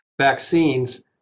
vaccines